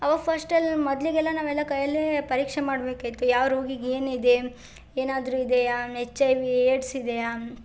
ಅವು ಫಶ್ಟಲ್ಲಿ ಮೊದಲಿಗೆಲ್ಲ ನಾವೆಲ್ಲ ಕೈಯಲ್ಲೇ ಪರೀಕ್ಷೆ ಮಾಡಬೇಕಿತ್ತು ಯಾವ ರೋಗಿಗೆ ಏನಿದೆ ಏನಾದರೂ ಇದೆಯಾ ಎಚ್ ಐ ವಿ ಏಡ್ಸ್ ಇದೆಯಾ